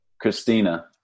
christina